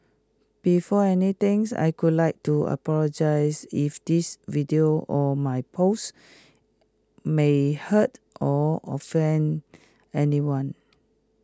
before anything's I could like to apologise if this video or my post may hurt or offend anyone